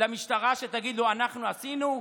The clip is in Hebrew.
למשטרה, שיגידו: אנחנו עשינו?